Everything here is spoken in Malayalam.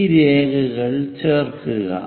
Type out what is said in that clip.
ഈ രേഖകൾ ചേർക്കുക